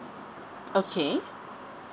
okay